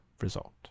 result